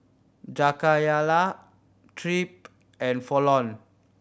Jakayla Tripp and Fallon